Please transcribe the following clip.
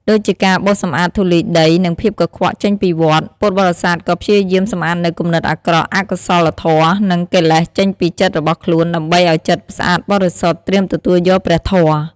ដូចជាការបោសសម្អាតធូលីដី និងភាពកខ្វក់ចេញពីវត្ត ពុទ្ធបរិស័ទក៏ព្យាយាមសម្អាតនូវគំនិតអាក្រក់ អកុសលធម៌ និងកិលេសចេញពីចិត្តរបស់ខ្លួន ដើម្បីឱ្យចិត្តស្អាតបរិសុទ្ធ ត្រៀមទទួលយកព្រះធម៌។